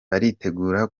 baritegura